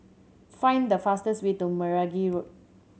find the fastest way to Meragi Road